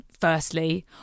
firstly